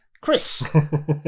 Chris